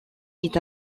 est